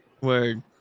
Word